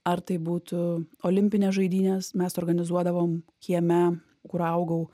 ar tai būtų olimpinės žaidynės mes organizuodavom kieme kur augau